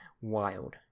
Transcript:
wild